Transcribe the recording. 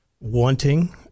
wanting